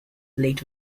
late